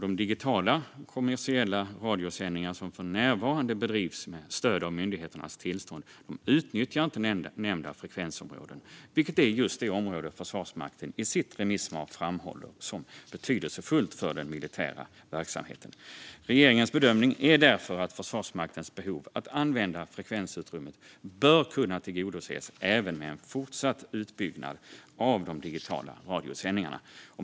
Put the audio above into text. De digitala kommersiella radiosändningar som för närvarande bedrivs med stöd av myndigheternas tillstånd utnyttjar inte nämnda frekvensområde, vilket är just det område Försvarsmakten i sitt remissvar framhåller som betydelsefullt för den militära verksamheten. Regeringens bedömning är därför att Försvarsmaktens behov av att använda frekvensutrymmet bör kunna tillgodoses även med en fortsatt utbyggnad av de digitala radiosändningarna.